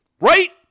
right